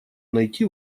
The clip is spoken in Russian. найти